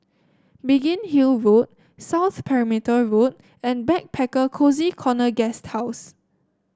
Biggin Hill Road South Perimeter Road and Backpacker Cozy Corner Guesthouse